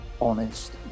honest